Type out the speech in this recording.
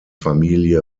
familie